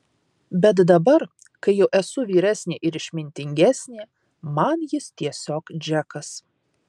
bet dabar kai jau esu vyresnė ir išmintingesnė man jis tiesiog džekas